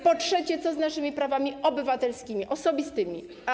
Po trzecie, co z naszymi prawami obywatelskimi, osobistymi?